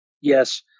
yes